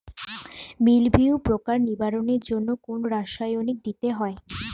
মিলভিউ পোকার নিবারণের জন্য কোন রাসায়নিক দিতে হয়?